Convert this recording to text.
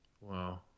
Wow